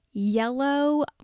yellow